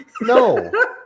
no